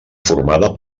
formada